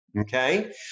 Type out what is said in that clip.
Okay